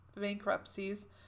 bankruptcies